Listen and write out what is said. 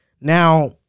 Now